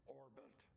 orbit